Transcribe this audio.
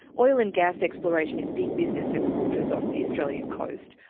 oil and gas exploration is big business in the waters off the australian coast.